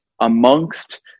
amongst